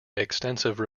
extensive